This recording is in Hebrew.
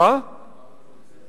כמה בתים נהרסו בלוד?